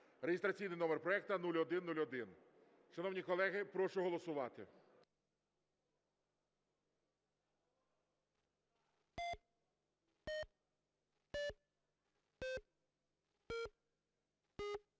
(реєстраційний номер проекту 0101). Шановні колеги, прошу голосувати.